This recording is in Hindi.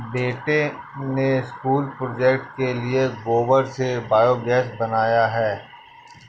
बेटे ने स्कूल प्रोजेक्ट के लिए गोबर से बायोगैस बनाया है